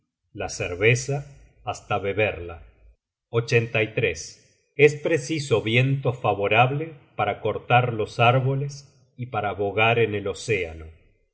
la cerveza hasta bebería es preciso viento favorable para cortar los árboles y para bogar en el océano